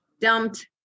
dumped